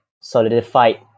solidified